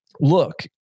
look